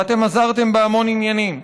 ואתם עזרתם בהמון עניינים.